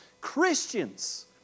Christians